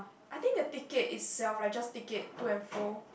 I think the ticket itself right just ticket to and fro